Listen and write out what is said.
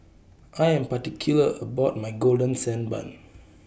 I Am particular about My Golden Sand Bun